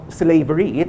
slavery